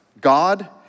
God